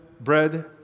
bread